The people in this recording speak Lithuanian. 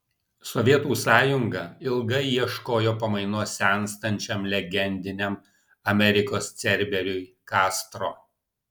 sovietų sąjunga ilgai ieškojo pamainos senstančiam legendiniam amerikos cerberiui kastro